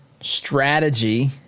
strategy